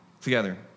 together